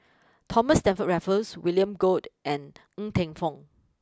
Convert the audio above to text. Thomas Stamford Raffles William Goode and Ng Teng Fong